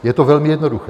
Je to velmi jednoduché.